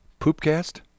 Poopcast